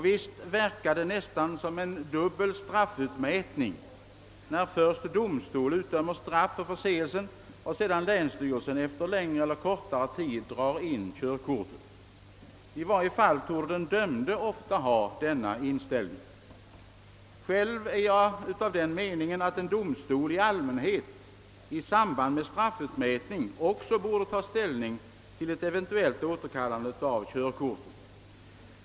Visst verkar det nästan som en dubbel straffutmätning, när först domstol utdömer straff för förseelsen och sedan länsstyrelsen efter längre eller kortare tid drar in körkortet. I varje fall torde den dömde ofta ha denna inställning. Själv är jag av den meningen att en domstol i allmänhet i samband med straffutmätningen även borde ta ställning till ett eventuellt återkallande av körkortet.